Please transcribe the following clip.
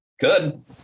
Good